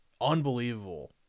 Unbelievable